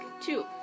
two